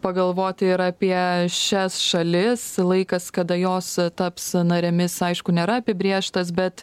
pagalvoti ir apie šias šalis laikas kada jos taps narėmis aišku nėra apibrėžtas bet